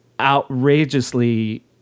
outrageously